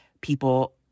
people